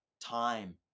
time